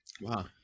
Wow